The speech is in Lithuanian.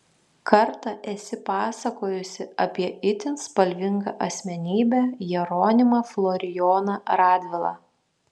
kartą esi pasakojusi apie itin spalvingą asmenybę jeronimą florijoną radvilą